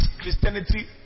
Christianity